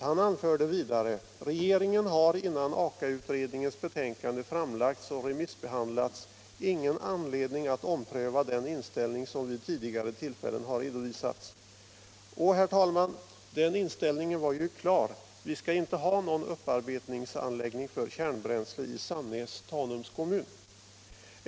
Han anförde vidare: ”Regeringen har innan Aka-utredningens betänkande framlagts och remissbehandlats ingen anledning att ompröva den inställning som vid tidigare tillfällen har redovisats.” Och, herr talman, den inställningen var ju klar: vi skall inte ha någon upparbetningsanläggning för kärnbränsle i Sannäs, Tanums kommun.